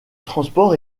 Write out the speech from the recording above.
transport